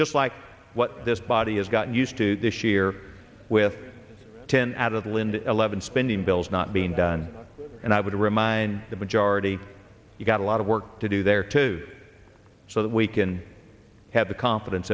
just like what this body has got used to this year with ten out of the lind eleven spending bills not being done and i would remind the majority you've got a lot of work to do there too so that we can have the confidence